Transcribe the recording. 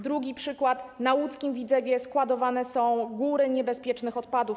Drugi przykład: na łódzkim Widzewie składowane są góry niebezpiecznych odpadów.